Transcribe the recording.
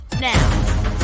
now